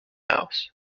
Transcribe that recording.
house